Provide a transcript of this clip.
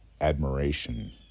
admiration